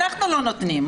אנחנו לא נותנים.